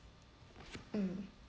mm